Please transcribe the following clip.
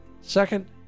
Second